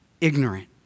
ignorant